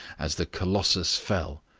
as the colossus fell,